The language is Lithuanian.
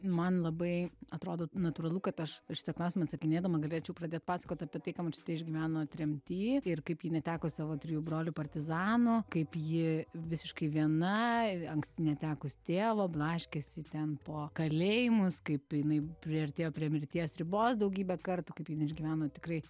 man labai atrodo natūralu kad aš į šitą klausimą atsakinėdama galėčiau pradėt pasakot apie tai ką močiutė išgyveno tremty ir kaip ji neteko savo trijų brolių partizanų kaip ji visiškai viena anksti netekus tėvo blaškėsi ten po kalėjimus kaip jinai priartėjo prie mirties ribos daugybę kartų kaip jinai išgyveno tikrai